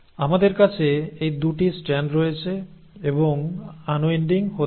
আমাদের কাছে এই 2 টি স্ট্র্যান্ড রয়েছে এবং আনউইন্ডিং হতে হবে